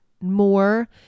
more